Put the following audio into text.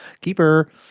Keeper